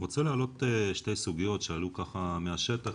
אני רוצה להעלות שתי סוגיות שעלו מהשטח